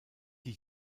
die